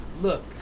Look